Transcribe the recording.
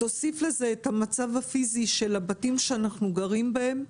תוסיף לזה את המצב הפיזי של הבתים שאנחנו גרים בהם